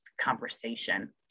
conversation